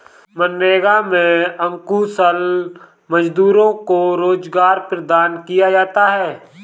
मनरेगा में अकुशल मजदूरों को रोजगार प्रदान किया जाता है